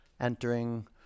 Entering